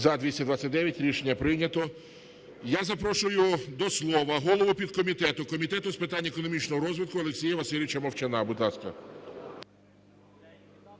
За-229 Рішення прийнято. Я запрошую до слова голову підкомітету Комітету з питань економічного розвитку Олексія Васильовича Мовчана. Будь ласка.